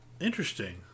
Interesting